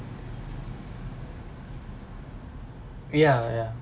yeah yeah